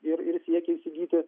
ir ir siekia įsigyti